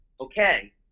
okay